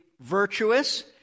virtuous